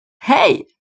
hey